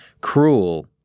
cruel